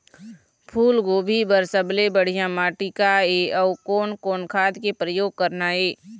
फूलगोभी बर सबले बढ़िया माटी का ये? अउ कोन कोन खाद के प्रयोग करना ये?